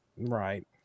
Right